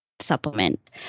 supplement